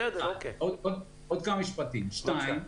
דבר שני,